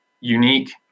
unique